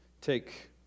take